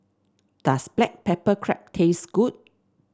does Black Pepper Crab taste good